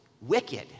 wicked